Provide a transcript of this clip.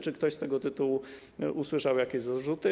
Czy ktoś z tego tytułu usłyszał jakieś zarzuty?